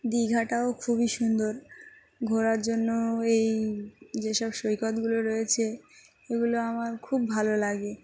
দীঘাটাও খুবই সুন্দর ঘোরার জন্য এই যেসব সৈকতগুলো রয়েছে এগুলো আমার খুব ভালো লাগে